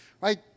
Right